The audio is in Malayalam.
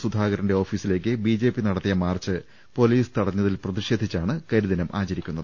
സുധാകരന്റെ ഓഫീസിലേക്ക് ബിജെപി നടത്തിയ മാർച്ച് പൊലീസ് തടഞ്ഞതിൽ പ്രതിഷേധിച്ചാണ് കരിദിനമാചരിക്കുന്നത്